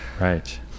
right